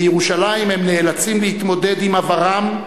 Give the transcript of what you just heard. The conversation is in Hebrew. בירושלים הם נאלצים להתמודד עם עברם,